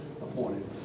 appointed